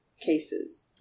cases